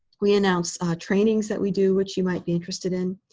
we announce trainings that we do which you might be interested in.